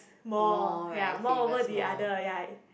more ya more over the other ya